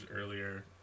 earlier